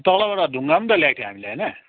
तलबाट ढुङ्गा पनि त ल्याएको थियो हामीले होइन